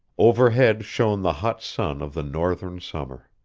overhead shone the hot sun of the northern summer.